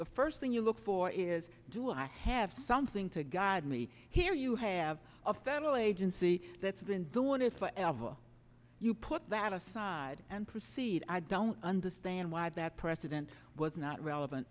the first thing you look for is do i have something to guide me here you have a federal agency that's been the one it's whatever you put that aside and proceed i don't understand why that president was not relevant